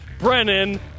Brennan